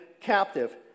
captive